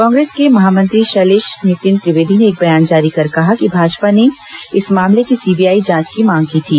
कांग्रेस के महामंत्री शैलेश नितिन त्रिवेदी ने एक बयान जारी कर कहा कि भाजपा ने इस मामले की सीबीआई जांच की मांग की थी